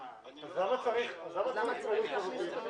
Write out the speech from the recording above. אחרי שיש תוכנית שהיא לפי חוק התכנון.